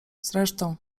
zresztą